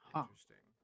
Interesting